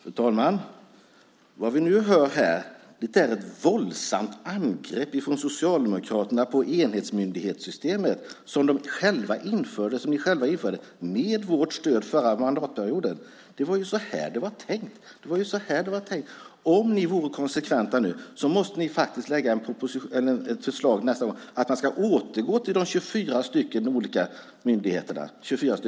Fru talman! Vad vi nu hör här är ett våldsamt angrepp från Socialdemokraterna på enhetsmyndighetssystemet, som de själva införde med vårt stöd förra mandatperioden. Det var ju så här det var tänkt! Om ni ska vara konsekventa nu måste ni nästa gång lägga fram ett förslag om att man ska återgå till de 24 olika myndigheterna.